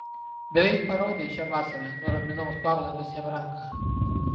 beveik parodei šią vasarą nuraminau spausdamas jam ranką